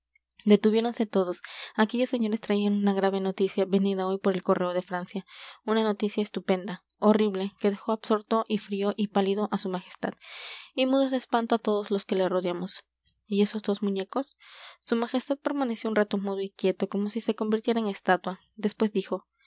detuviéronse todos aquellos señores traían una grave noticia venida hoy por el correo de francia una noticia estupenda horrible que dejó absorto y frío y pálido a su majestad y mudos de espanto a todos los que le rodeamos y esos dos muñecos su majestad permaneció un rato mudo y quieto como si se convirtiera en estatua después dijo